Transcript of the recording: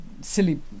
silly